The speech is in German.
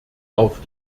auf